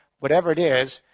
whatever it is,